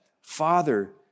Father